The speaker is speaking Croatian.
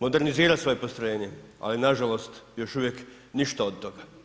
modernizirati svoje postrojenje, ali nažalost, još uvijek ništa od toga.